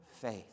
faith